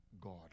God